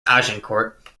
agincourt